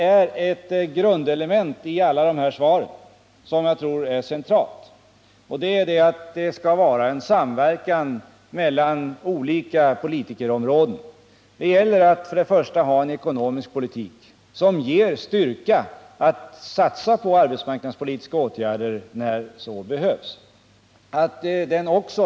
I alla svaren finns det ett grundelement som jag tror är centralt, nämligen detta att det skall vara en samverkan mellan olika politikerområden. Det gäller först och främst att ha en ekonomisk politik som ger styrka att satsa på arbetsmarknadspolitiska åtgärder när så Nr 35 behövs.